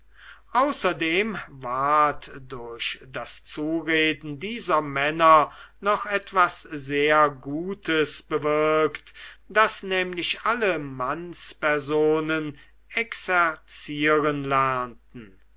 außerdem ward durch das zureden dieser männer noch etwas gutes bewirkt daß nämlich alle mannspersonen exerzieren lernten